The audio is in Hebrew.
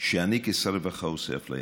שאני כשר הרווחה עושה אפליה.